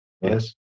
Yes